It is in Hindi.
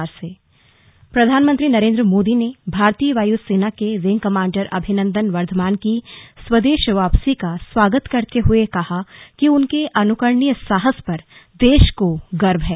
स्लग प्रधानमंत्री प्रधानमंत्री नरेन्द्र मोदी ने भारतीय वायु सेना के विंग कमांडर अभिनंदन वर्धमान की स्वदेश वापसी का स्वागत करते हुए कहा कि उनके अनुकरणीय साहस पर देश को गर्व है